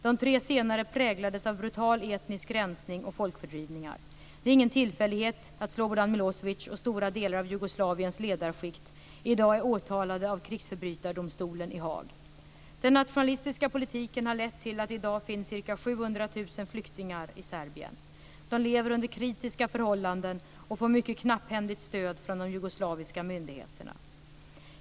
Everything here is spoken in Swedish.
De tre senare präglades av brutal etnisk rensning och folkfördrivningar. Det är ingen tillfällighet att Slobodan Milosevic och stora delar av Jugoslaviens ledarskikt i dag är åtalade av krigsförbrytardomstolen i Haag. Den nationalistiska politiken har lett till att det i dag finns ca 700 000 flyktingar i Serbien. De lever under kritiska förhållanden och får mycket knapphändigt stöd från de jugoslaviska myndigheterna.